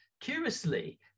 curiously